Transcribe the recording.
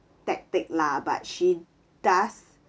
tactic lah but she does